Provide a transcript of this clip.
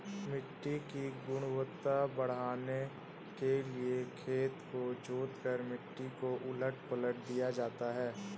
मिट्टी की गुणवत्ता बढ़ाने के लिए खेत को जोतकर मिट्टी को उलट पलट दिया जाता है